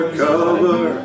cover